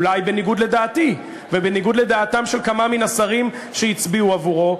אולי בניגוד לדעתי ובניגוד לדעתם של כמה מן השרים שהצביעו עבורו,